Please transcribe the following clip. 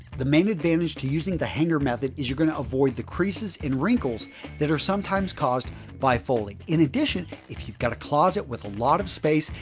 the main advantage to using the hanger method is you're going to avoid the creases and wrinkles that are sometimes caused by folding. in addition, if you've got a closet with a lot of space,